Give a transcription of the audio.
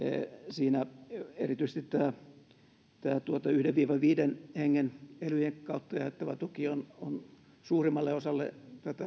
siinä erityisesti tämä yhden viiva viiden hengen yrityksille elyjen kautta jaettava tuki on suurimmalle osalle